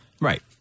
Right